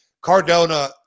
Cardona